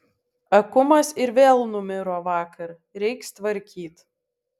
akumas ir vėl numiro vakar reiks tvarkyt